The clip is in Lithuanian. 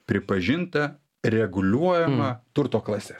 pripažinta reguliuojama turto klase